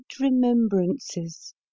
remembrances